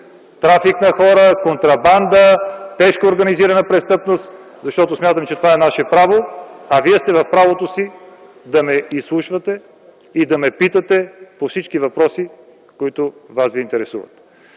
трафик на хора, контрабанда и тежка организирана престъпност. Смятам, че това е наше право, а вие сте в правото си да ме изслушвате и да ме питате по всички въпроси, които ви интересуват.